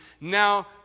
Now